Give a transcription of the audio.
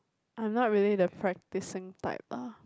I'm not really the practicing type ah